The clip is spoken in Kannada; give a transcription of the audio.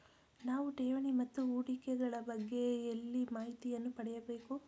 ನಾವು ಠೇವಣಿ ಮತ್ತು ಹೂಡಿಕೆ ಗಳ ಬಗ್ಗೆ ಎಲ್ಲಿ ಮಾಹಿತಿಯನ್ನು ಪಡೆಯಬೇಕು?